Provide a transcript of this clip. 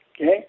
Okay